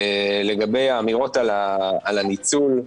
לגבי האמירות על הניצול,